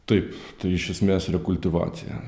taip tai iš esmės rekultivacija